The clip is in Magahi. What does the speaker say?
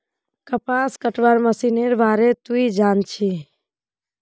कपास कटवार मशीनेर बार तुई जान छि